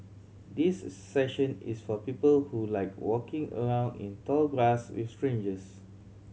this session is for people who like walking around in tall grass with strangers